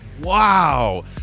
Wow